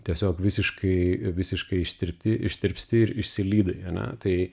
tiesiog visiškai visiškai ištirpti ištirpsti ir išsilydai ane tai